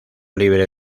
libre